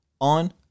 On